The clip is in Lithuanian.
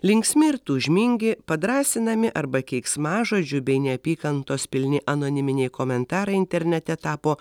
linksmi ir tūžmingi padrąsinami arba keiksmažodžių bei neapykantos pilni anoniminiai komentarai internete tapo